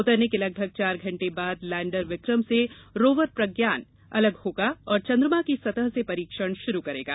उतरने के लगभग चार घंटे बाद लैंडर विक्रम से रोवर प्रज्ञान अलग होगा और चंद्रमा की सतह से परीक्षण शुरू करेगा